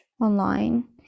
online